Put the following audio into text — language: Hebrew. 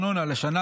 ולפיו